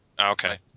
Okay